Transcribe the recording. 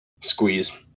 squeeze